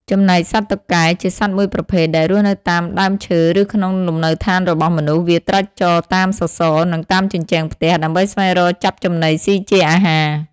ចំណែកសត្វតុកកែ ជាសត្វមួយប្រភេទ ដែលរស់នៅតាមដើមឈើឬក្នុងលំនៅឋានរបស់មនុស្ស វាត្រាច់ចរតាមសសរ និងតាមជញ្ចាំងផ្ទះ ដើម្បីស្វែងរកចាប់ចំណីស៊ីជាអាហារ។